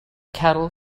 cattle